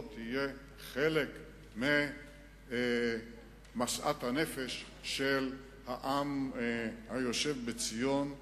יהיה חלק ממשאת הנפש של העם היושב בציון,